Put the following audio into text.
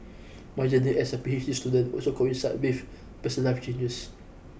my journey as a P H D student also coincided with person life challenges